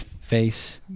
face